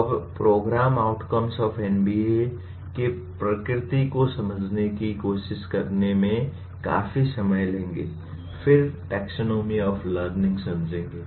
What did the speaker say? हम program outcomes of NBA की प्रकृति को समझने की कोशिश करने में काफी समय लेंगे फिर टैक्सनॉमी ऑफ लर्निंग समझेंगे